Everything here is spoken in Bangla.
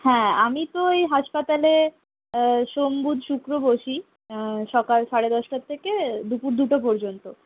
হ্যাঁ আমি তো এই হাসপাতালে সোম বুধ শুক্র বসি সকাল সাড়ে দশটা থেকে দুপুর দুটো পর্যন্ত